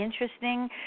interesting